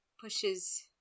pushes